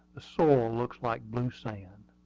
the soil looks like blue sand.